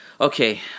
Okay